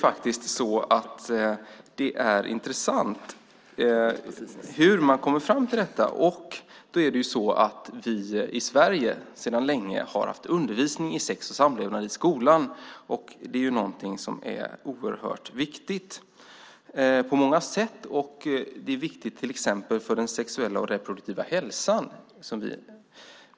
Vi har i Sverige sedan länge haft undervisning i sex och samlevnad i skolan. Det är någonting som är oerhört viktigt på många sätt. Det är viktigt till exempel för den sexuella och reproduktiva hälsan.